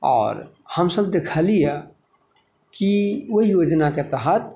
आओर हमसब देखलिए की ओहि योजनाके तहत